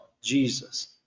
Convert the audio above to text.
Jesus